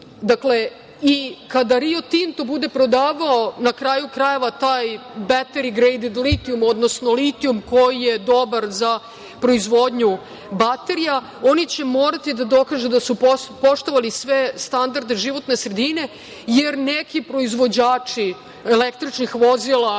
čist. Dakle, kada i „Rio Tinto“ bude prodavao, na kraju krajeva, taj „Battery grade lithium“, odnosno litijum koji je dobar za proizvodnju baterija, oni će morati da dokažu da su poštovali sve standarde životne sredine, jer neki proizvođači električnih vozila,